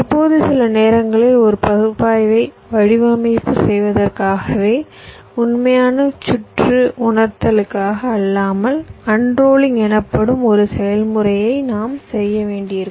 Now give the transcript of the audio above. இப்போது சில நேரங்களில் ஒரு பகுப்பாய்வை வடிவமைப்பு செய்வதற்காகவே உண்மையான சுற்று உணர்தலுக்காக அல்லாமல் அன்ரோலிங் எனப்படும் ஒரு செயல்முறையை நாம் செய்ய வேண்டியிருக்கும்